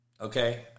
okay